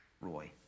Roy